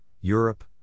Europe